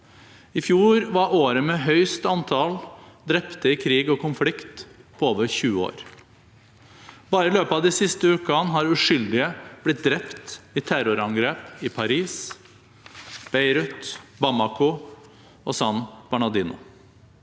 I fjor var året med høyest antall drepte i krig og konflikt på over 20 år. Bare i løpet av de siste ukene har uskyldige blitt drept i terrorangrep i Paris, Beirut, Bamako og St. Bernardino.